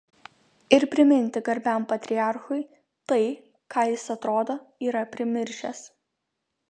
ir priminti garbiam patriarchui tai ką jis atrodo yra primiršęs